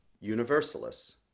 universalists